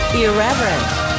irreverent